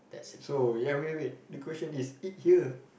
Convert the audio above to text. so ya wait wait wait the question is eat here